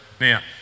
Now